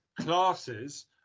classes